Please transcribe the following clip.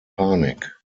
panik